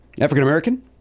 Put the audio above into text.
African-American